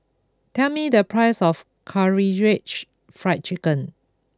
tell me the price of Karaage Fried Chicken